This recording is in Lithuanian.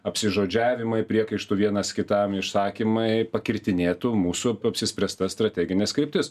apsižodžiavimai priekaištų vienas kitam išsakymai pakirtinėtų mūsų apsispręstas strategines kryptis